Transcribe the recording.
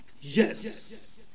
yes